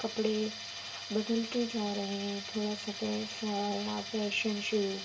کپڑے بدلتے جا رہے ہیں تھوڑا سا پیسہ یا فیشن شو